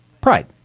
Pride